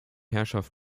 herrschaft